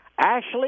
Ashley